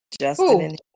Justin